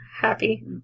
Happy